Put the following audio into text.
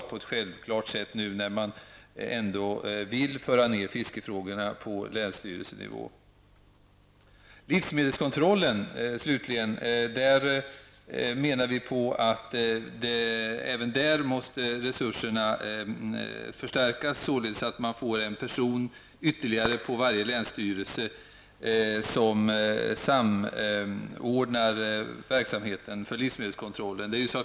Det är självklart nu när man ändå vill att fiskefrågorna skall föras ned på länsstyrelsenivå. Vi i miljöparitet menar att resurserna för livsmedelskontrollen måste förstärkas. Det skall vara en person ytterligare på varje länsstyrelse som samordnar verksamheten för livsmedelskontrollen.